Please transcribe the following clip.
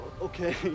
Okay